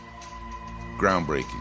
groundbreaking